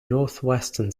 northwestern